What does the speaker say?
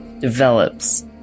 develops